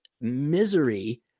misery